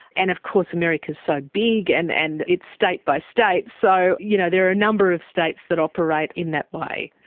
and of course america's so big and and it's state by state, so you know there are a number of states that operate in that way.